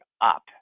up